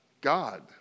God